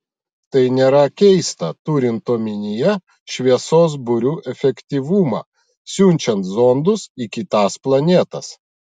tai nėra keista turint omenyje šviesos burių efektyvumą siunčiant zondus į kitas planetas